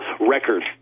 record